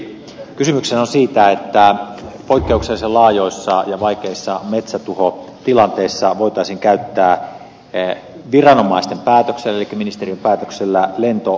kysymyshän on siitä että poikkeuksellisen laajoissa ja vaikeissa metsätuhotilanteissa voitaisiin käyttää viranomaisten päätöksellä elikkä ministeriön päätöksellä lentolevityksiä lentoruiskulevityksiä